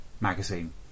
magazine